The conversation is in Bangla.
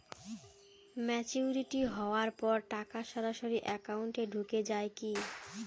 ম্যাচিওরিটি হওয়ার পর টাকা সরাসরি একাউন্ট এ ঢুকে য়ায় কি?